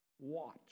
Watch